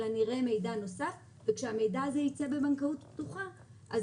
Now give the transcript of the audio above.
אלא אני אראה מידע נוסף וכשהמידע הזה יצא בבנקאות פתוחה אז